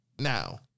Now